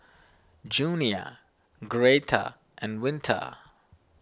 Junia Greta and Winter